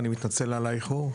אני מתנצל על האיחור,